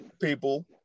People